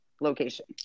location